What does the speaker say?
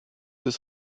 ist